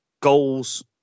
goals